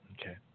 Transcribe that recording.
Okay